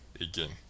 again